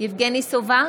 יבגני סובה,